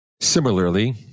Similarly